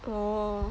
oh